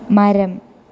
മരം